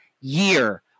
year